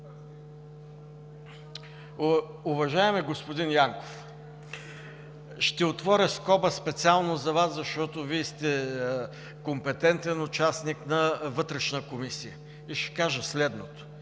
Уважаеми господин Янков, ще отворя скоба специално за Вас, защото Вие сте компетентен участник на Вътрешна комисия и ще кажа следното: